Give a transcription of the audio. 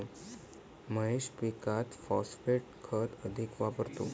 महेश पीकात फॉस्फेट खत अधिक वापरतो